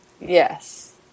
Yes